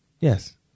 yes